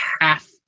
half